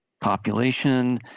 population